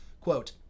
quote